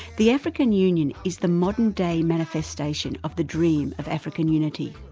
the african union is the modern-day manifestation of the dream of african unity,